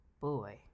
Boy